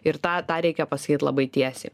ir tą tą reikia pasakyt labai tiesiai